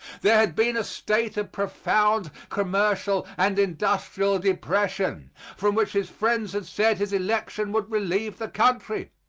there had been a state of profound commercial and industrial depression from which his friends had said his election would relieve the country.